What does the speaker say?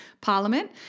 parliament